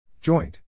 Joint